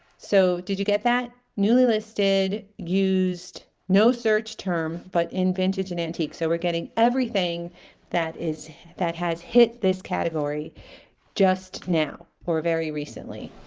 so did you get that newly listed used no search term but in vintage and antique so we're getting everything that is that has hit this category just now or very recently